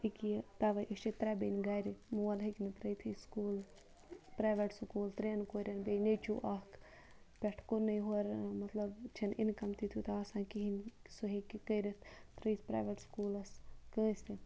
تِکہِ تَوَے أسۍ چھِ ترٛےٚ بیٚنہِ گَرِ مول ہیٚکہِ نہٕ ترٛٲے تھٕے سکوٗل پریویٹ سکوٗل ترٛٮ۪ن کورٮ۪ن بیٚیہِ نیٚچوٗ اَکھ پٮ۪ٹھٕ کُنُے ہورٕ مَطلَب چھَنہٕ اِنکَم تہِ تیوٗتاہ آسان کِہیٖنۍ سُہ ہیٚکہِ کٔرِتھ ترٛٲیِتھ پریویٹ سکوٗلَس کٲنٛسہِ